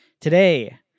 Today